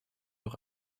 auch